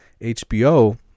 HBO